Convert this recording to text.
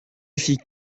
fille